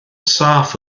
saff